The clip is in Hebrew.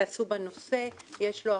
עשו בנושא, יש לו החלטות,